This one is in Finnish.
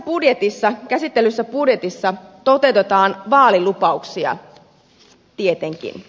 tässä käsitellyssä budjetissa toteutetaan vaalilupauksia tietenkin